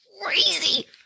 crazy